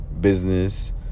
business